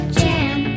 jam